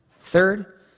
Third